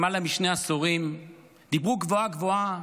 למעלה משני עשורים דיברו גבוהה-גבוהה